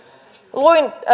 luin